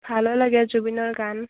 ভালো লাগে জুবিনৰ গান